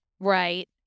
Right